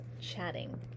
Chatting